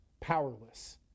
powerless